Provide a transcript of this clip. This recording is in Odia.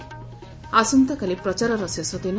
ଆସନ୍ତାକାଲି ପ୍ରଚାରର ଶେଷ ଦିନ